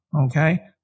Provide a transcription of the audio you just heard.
Okay